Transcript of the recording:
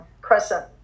crescent